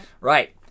Right